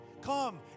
Come